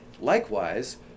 Likewise